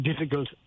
difficult